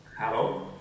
Hello